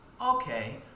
Okay